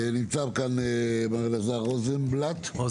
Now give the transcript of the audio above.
נמצא כאן מר אליעזר רוזנבאום,